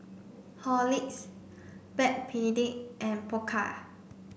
Horlicks Backpedic and Pokka